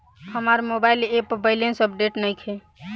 हमार mobile app पर balance update नइखे